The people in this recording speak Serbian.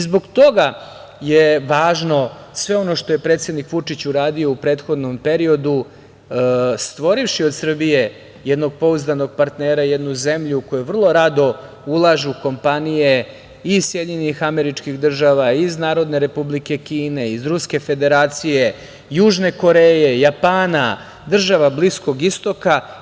Zbog toga je važno sve ono što je predsednik Vučić uradio u prethodnom periodu stvorivši od Srbije jednog pouzdanog partnera i jednu zemlju u koju vrlo rado ulažu kompanije i iz SAD, i iz Narodne Republike Kine, i iz Ruske Federacije, Južne Koreje, Japana, država Bliskog Istoka.